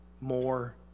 more